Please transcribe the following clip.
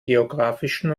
geografischen